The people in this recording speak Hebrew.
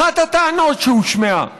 אחת הטענות שהושמעה